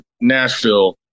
Nashville